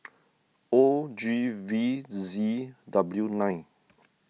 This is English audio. O G V Z W nine